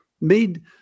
made